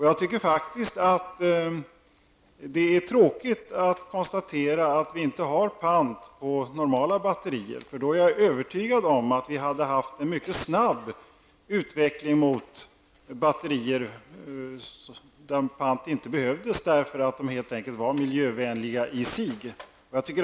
Jag tycker faktiskt att det är tråkigt att behöva konstatera att vi inte har pant på normala batterier. Om vi hade haft det är jag övertygad om att vi skulle ha fått en mycket snabb utveckling mot batterier som gjorde att vi inte behövde ha ett pantsystem, helt enkelt därför att de i sig var miljövänliga.